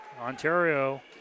Ontario